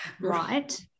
right